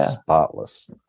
spotless